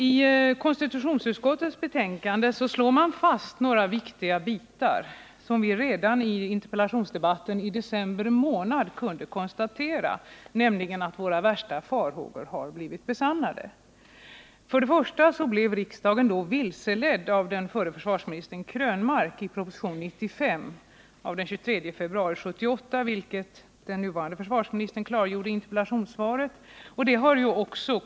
I konstitutionsutskottets betänkande slår man fast några viktiga bitar som vi redan i interpellationsdebatten i december månad förra året kunde konstatera och som innebär att våra värsta farhågor har blivit besannade. För det första blev riksdagen vilseledd av förre försvarsministern Krönmark i propositionen 95 av den 23 februari 1978, vilket den nuvarande försvarsministern klargjorde i interpellationssvaret den 4 december 1978.